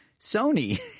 Sony